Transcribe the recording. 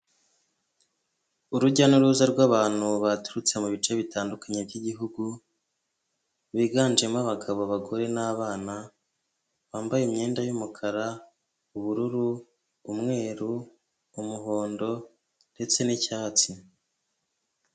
Urujya n'uruza rw'abantu baturutse mu bice bitandukanye by'igihugu, biganjemo abagabo abagore n'abana bambaye imyenda y'umukara, ubururu, umweru, umuhondo ndetse n'icyatsi.